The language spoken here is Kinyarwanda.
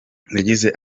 yagize